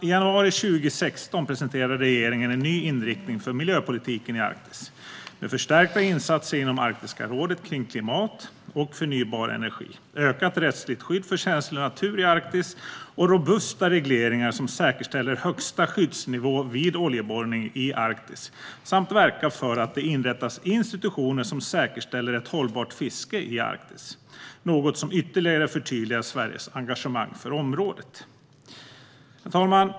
I januari 2016 presenterade regeringen en ny inriktning för miljöpolitiken i Arktis med förstärkta insatser inom Arktiska rådet för klimat och förnybar energi, ökat rättsligt skydd för känslig natur i Arktis och robusta regleringar som säkerställer högsta skyddsnivå vid oljeborrning i Arktis. Man ska även verka för att det inrättas institutioner som säkerställer ett hållbart fiske i Arktis, något som ytterligare förtydligar Sveriges engagemang för området. Herr talman!